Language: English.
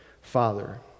Father